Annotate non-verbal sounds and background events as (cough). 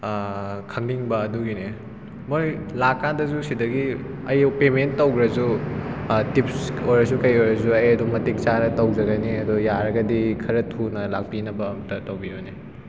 ꯈꯪꯅꯤꯡꯕ ꯑꯗꯨꯒꯤꯅꯦ ꯃꯣꯏ ꯂꯥꯛꯄ ꯀꯥꯟꯗꯁꯨ ꯁꯤꯗꯒꯤ (unintelligible) ꯄꯦꯃꯦꯟ ꯇꯧꯈ꯭ꯔꯁꯨ ꯇꯤꯞꯁ ꯑꯣꯏꯔꯁꯨ ꯀꯩ ꯑꯣꯏꯔꯁꯨ ꯑꯩ ꯑꯗꯨꯝ ꯃꯇꯤꯛ ꯆꯥꯅ ꯇꯧꯖꯒꯅꯤ ꯑꯗꯣ ꯌꯥꯔꯒꯗꯤ ꯈꯔ ꯊꯨꯅ ꯂꯥꯛꯄꯤꯅꯕ ꯑꯝꯇ ꯇꯧꯕꯤꯎꯅꯦ